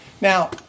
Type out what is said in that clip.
Now